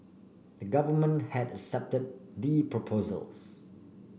the government had accepted the proposals